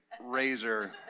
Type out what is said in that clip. razor